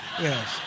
Yes